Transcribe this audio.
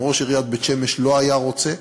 אם ראש עיריית בית-שמש לא היה רוצה,